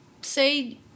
say